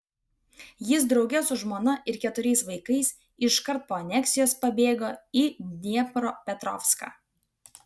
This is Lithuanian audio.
jis drauge su žmona ir keturiais vaikais iškart po aneksijos pabėgo į dniepropetrovską